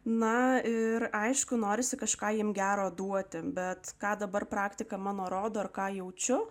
na ir aišku norisi kažką jam gero duoti bet ką dabar praktika mano rodo ką jaučiu